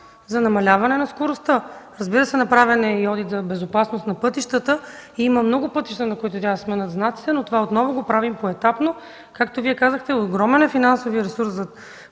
за намаляване на скоростта. Разбира се, направен е и одит за безопасност на пътищата. Има много пътища, по които трябва да се сменят знаците, но това отново го правим поетапно. Както и Вие казахте, необходим е огромен финансов ресурс,